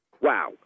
wow